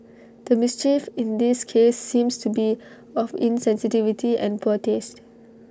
the mischief in this case seems to be of insensitivity and poor taste